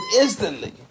instantly